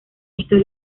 estos